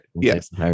yes